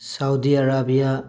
Saudi Arabia